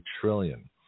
trillion